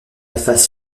phase